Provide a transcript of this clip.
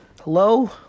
hello